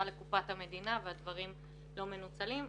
לקופת המדינה והדברים לא מנוצלים,